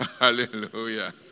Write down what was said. Hallelujah